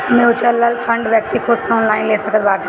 mutual fund व्यक्ति खुद से ऑनलाइन ले सकत बाटे